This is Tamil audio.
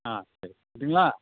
ஆ சரி வெச்சுடட்டுங்களா